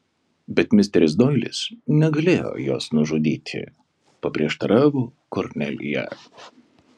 bet misteris doilis negalėjo jos nužudyti paprieštaravo kornelija